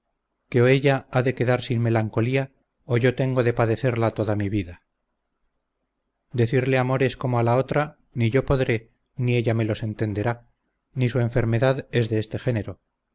que o ella ha de quedar sin melancolía o yo tengo de padecerla toda mi vida decirle amores como a la otra ni yo podré ni ella me los entenderá ni su enfermedad es de este género